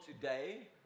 today